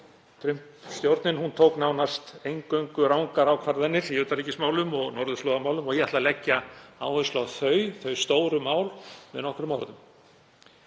Trump-stjórnin tók nánast eingöngu rangar ákvarðanir í utanríkismálum og norðurslóðamálum og ég ætla að leggja áherslu á þau stóru mál með nokkrum orðum.